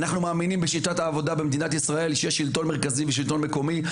אנחנו מאמינים בשיטת העבודה במדינת ישראל שיש שלטון מרכזי ושלטון מקומי,